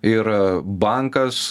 ir bankas